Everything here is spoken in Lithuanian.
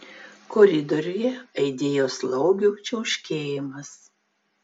koridoriuje aidėjo slaugių čiauškėjimas